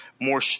more